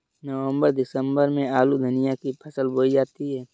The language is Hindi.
नवम्बर दिसम्बर में आलू धनिया की फसल बोई जाती है?